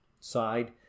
side